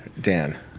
Dan